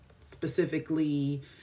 specifically